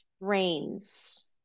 brains